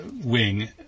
wing